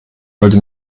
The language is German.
wollte